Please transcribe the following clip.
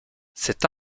cette